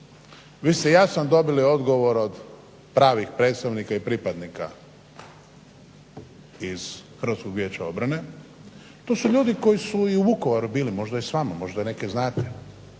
vi ste jasno dobili odgovor od pravih predstavnika i pripadnika iz Hrvatskog vijeća obrane. To su ljudi koji su i u Vukovaru bili možda i s vama, možda neke znate,